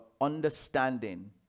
understanding